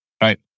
right